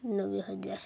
ନବେ ହଜାର